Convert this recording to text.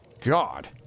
God